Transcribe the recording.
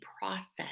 process